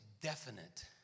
definite